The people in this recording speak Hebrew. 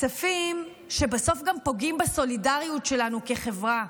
כספים שבסוף גם פוגעים בסולידריות שלנו כחברה,